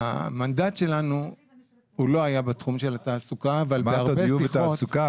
המנדט שלנו לא היה בתחום התעסוקה --- אמרת: דיור ותעסוקה,